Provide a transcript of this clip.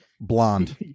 blonde